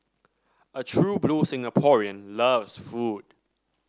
a true blue Singaporean loves food